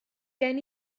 gen